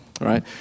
right